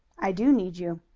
i do need you.